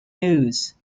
news